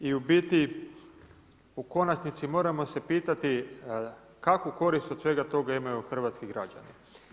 I u biti, u konačnici, moramo se pitati kakvu korist od svega toga imaju hrvatski građani.